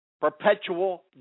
perpetual